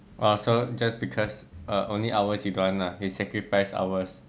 !wah! so just because only ours you don't want lah you sacrifice ours